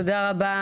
תודה רבה